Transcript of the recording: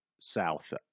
south